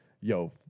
yo